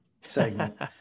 segment